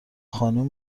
خانوم